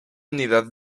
unidad